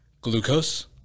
glucose